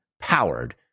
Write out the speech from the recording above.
Powered